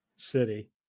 city